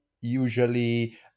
usually